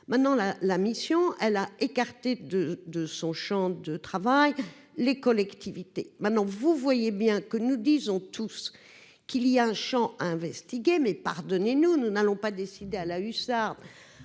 maintenant la la mission, elle a écarté de son Champ de travail, les collectivités, maintenant, vous voyez bien que nous disons tous qu'il y a un champ investiguer mais pardonnez-nous, nous n'allons pas décidée à la hussarde,